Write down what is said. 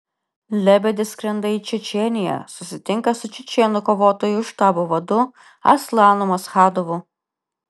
lebedis skrenda į čečėniją susitinka su čečėnų kovotojų štabo vadu aslanu maschadovu